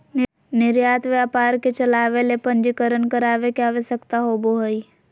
निर्यात व्यापार के चलावय ले पंजीकरण करावय के आवश्यकता होबो हइ